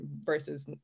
versus